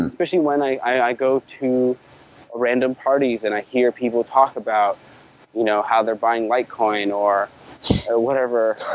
and especially when i go to random parties and i hear people talk about you know how they're buying litecoin or so whatever,